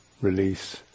release